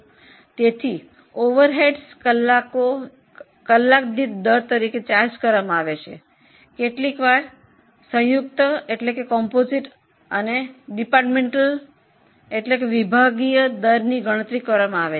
તેથી ઓવરહેડ્સ કલાક દીઠ દર તરીકે ગણવામાં આવે છે કેટલીકવાર સંયુક્ત અથવા વિભાગીય દરની ગણતરી કરવામાં આવે છે